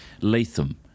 Latham